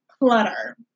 clutter